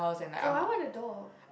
oh I want a dog